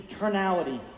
eternality